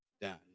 done